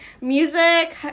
music